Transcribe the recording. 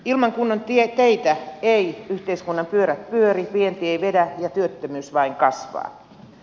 ilman kunnon teitä eivät yhteiskunnan pyörät pyöri vienti ei vedä ja työttömyys vain kasvaa